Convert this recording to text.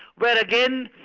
where again,